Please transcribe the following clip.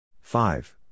five